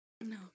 No